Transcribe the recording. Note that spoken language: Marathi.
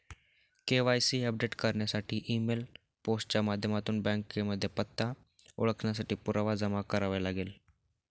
के.वाय.सी अपडेट करण्यासाठी ई मेल, पोस्ट च्या माध्यमातून बँकेमध्ये पत्ता, ओळखेसाठी पुरावा जमा करावे लागेल